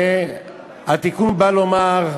והתיקון בא לומר,